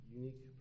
unique